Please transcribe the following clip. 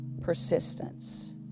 persistence